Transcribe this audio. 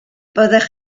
byddech